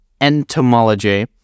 entomology